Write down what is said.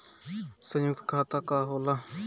सयुक्त खाता का होला?